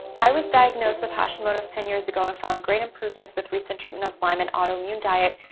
i was diagnosed with hashimoto's ten years ago and found great improvements with recent treatment lyme and autoimmune diet.